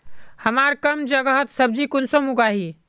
हमार कम जगहत सब्जी कुंसम उगाही?